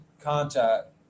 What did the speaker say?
contact